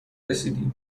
رسیدی